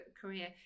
career